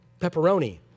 Pepperoni